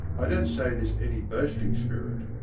i don't say this in any boasting spirit.